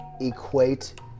equate